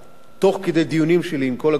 תוך כדי הדיונים שלי עם כל הגורמים,